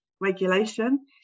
regulation